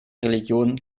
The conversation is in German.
religionen